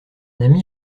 ami